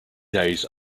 days